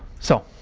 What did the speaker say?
so